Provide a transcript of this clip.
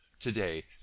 Today